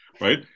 Right